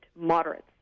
moderates